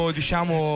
diciamo